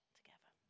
together